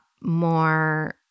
more